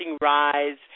rise